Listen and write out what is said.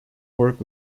work